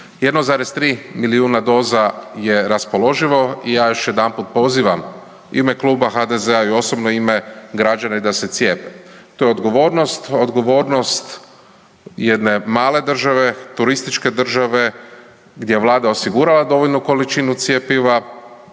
1,3 milijuna doza je raspoloživo i ja još jedanput pozivam u ime Kluba HDZ-a i osobno ime građane da se cijepe. To je odgovornost, odgovornost jedne male države, turističke države gdje je vlada osigurala dovoljnu količinu cjepiva